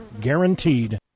guaranteed